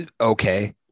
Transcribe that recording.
Okay